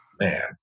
man